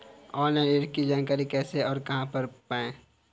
Online ऋण की जानकारी कैसे और कहां पर करें?